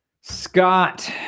scott